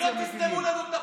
אתם לא תסתמו לנו את הפיות.